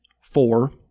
four